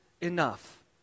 enough